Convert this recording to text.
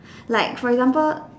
like for example